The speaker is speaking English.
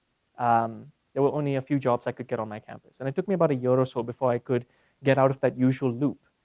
um there were only a few jobs i could get on my campus and it took me about a year or so before i could get out of that usual loop.